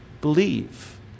believe